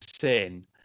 sin